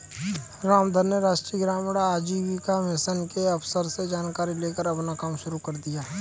रामधन ने राष्ट्रीय ग्रामीण आजीविका मिशन के अफसर से जानकारी लेकर अपना कम शुरू कर दिया है